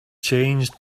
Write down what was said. changed